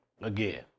again